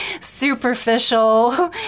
superficial